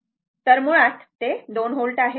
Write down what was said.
तर मुळात ते 2 व्होल्ट आहे